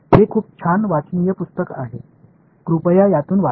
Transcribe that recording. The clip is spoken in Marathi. हे खूप छान वाचनीय पुस्तक आहे कृपया त्यातून वाचा